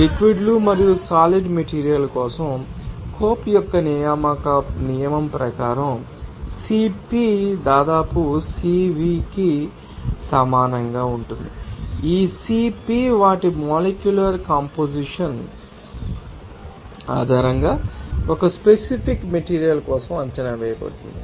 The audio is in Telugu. లిక్విడ్ లు మరియు సాలిడ్ మెటీరియల్ కోసం కొప్ యొక్క నియమం ప్రకారం CP దాదాపుగా CVకి సమానంగా ఉంటుంది ఈ CP వాటి మొలేక్యూలర్ కంపొజిషన్ ఆధారంగా ఒక స్పెసిఫిక్ మెటీరియల్ కోసం అంచనా వేయబడుతుంది